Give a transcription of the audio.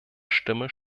stimme